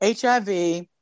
HIV